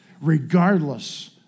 regardless